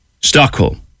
Stockholm